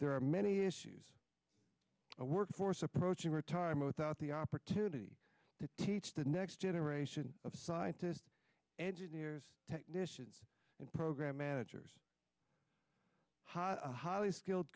there are many issues a workforce approaching retirement without the opportunity to teach the next generation of scientists engineers technicians and program managers hot a highly skilled